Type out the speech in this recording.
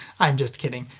i'm just kidding,